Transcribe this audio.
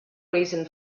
reason